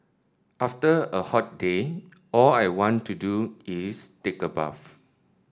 after a hot day all I want to do is take a bath